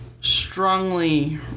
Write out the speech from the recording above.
strongly